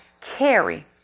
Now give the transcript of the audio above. carry